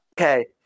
Okay